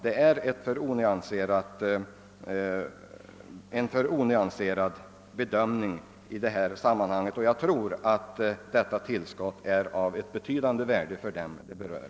Det är en alltför onyanserad bedömning i detta sammanhang. Jag anser att detta tillskott kommer att bli av betydande värde för dem det berör.